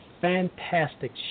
fantastic